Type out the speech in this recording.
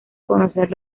conocer